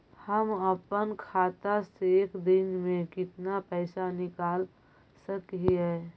हम अपन खाता से एक दिन में कितना पैसा निकाल सक हिय?